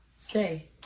Stay